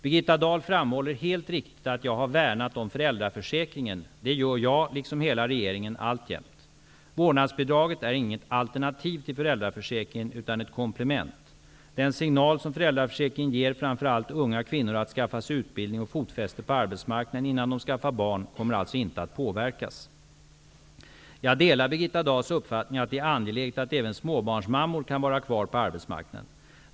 Birgitta Dahl framhåller helt riktigt att jag har värnat om föräldraförsäkringen. Det gör jag, liksom hela regeringen, alltjämt. Vårdnadsbidraget är inget alternativ till föräldraförsäkringen utan ett komplement. Den signal som föräldraförsäkringen ger framför allt unga kvinnor att skaffa sig utbildning och fotfäste på arbetsmarknaden innan de skaffar barn kommer alltså inte att påverkas. Jag delar Birgitta Dahls uppfattning att det är angeläget att även småbarnsmammor kan vara kvar på arbetsmarknaden.